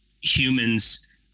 humans